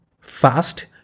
fast